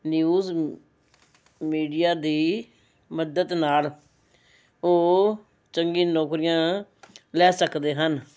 news media ਦੀ ਮਦਦ ਨਾਲ ਉਹ ਚੰਗੀ ਨੌਕਰੀਆਂ ਲੈ ਸਕਦੇ ਹਨ